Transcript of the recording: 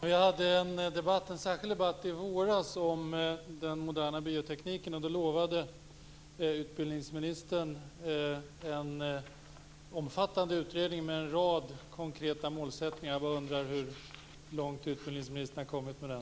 Herr talman! I våras hade vi en särskild debatt om den moderna biotekniken, och då utlovade utbildningsministern en omfattande utredning med en rad konkreta målsättningar. Jag undrar hur långt utbildningsministern har kommit med den.